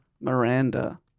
Miranda